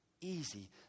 easy